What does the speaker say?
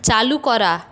চালু করা